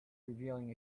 revealing